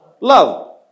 Love